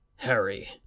Harry